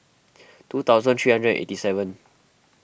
two thousand three hundred and eighty seven